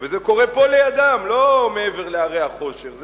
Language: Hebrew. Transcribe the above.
וזה קורה פה לידם, לא מעבר להרי החושך.